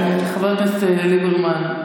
חבר הכנסת ליברמן,